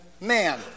man